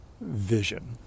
vision